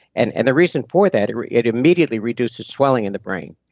and and the reason for that, it it immediately reduces swelling in the brain.